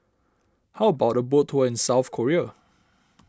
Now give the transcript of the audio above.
how about a boat tour in South Korea